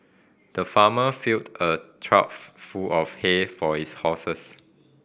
the farmer filled a trough full of hay for his horses